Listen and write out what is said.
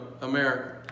America